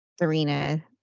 Serena